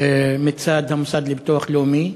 מצד המוסד לביטוח לאומי.